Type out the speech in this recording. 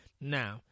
Now